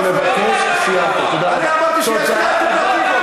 אני מבקש, הם מפריעים, אתה רואה שהם מפריעים.